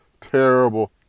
Terrible